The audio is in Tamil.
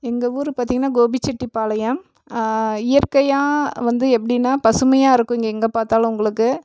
எங்கள் ஊர் பார்த்திங்கனா கோபிச்செட்டிப்பாளையம் இயற்கையாக வந்து எப்படினா பசுமையாக இருக்கும் இங்கே எங்கே பார்த்தாலும் உங்களுக்கு